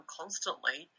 constantly